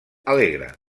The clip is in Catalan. alegre